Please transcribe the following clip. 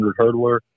hurdler